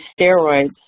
steroids